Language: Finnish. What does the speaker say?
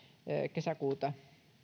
kesäkuuta